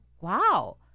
wow